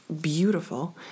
beautiful